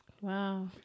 Wow